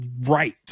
right